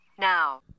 now